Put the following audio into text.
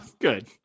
good